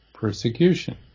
persecution